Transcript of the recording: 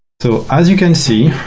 so as you can see,